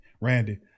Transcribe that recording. Randy